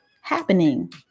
happening